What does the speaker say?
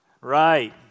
Right